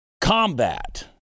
combat